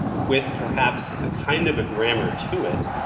with perhaps a kind of a grammar to it,